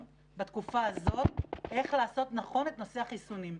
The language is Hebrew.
בתקופה הזאת איך לעשות נכון את נושא החיסונים.